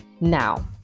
now